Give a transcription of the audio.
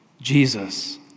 Jesus